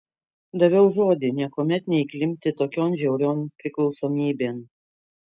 daviau žodį niekuomet neįklimpti tokion žiaurion priklausomybėn